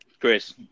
Chris